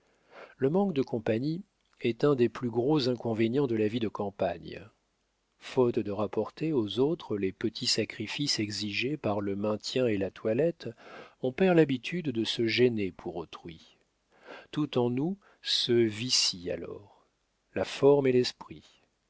le manque de compagnie est un des plus grands inconvénients de la vie de campagne faute de rapporter aux autres les petits sacrifices exigés par le maintien et la toilette on perd l'habitude de se gêner pour autrui tout en nous se vicie alors la forme et l'esprit